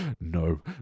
No